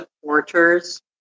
supporters